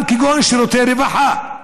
גם כגון שירותי רווחה.